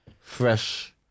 Fresh